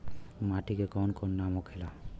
माटी के कौन कौन नाम होखेला?